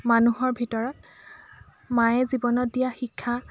মানুহৰ ভিতৰত মায়ে জীৱনত দিয়া শিক্ষা